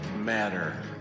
matter